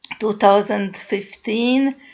2015